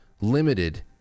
limited